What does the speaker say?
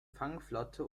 fangflotte